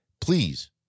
please